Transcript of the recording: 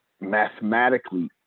mathematically